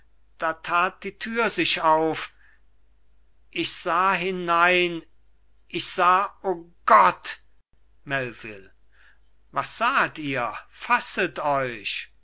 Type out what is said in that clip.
da tat die tür sich auf ich sah hinein ich sah o gott melvil was saht ihr fasset euch